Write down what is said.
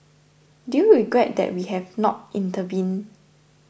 do you regret that we have not intervened